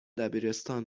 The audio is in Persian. دبیرستان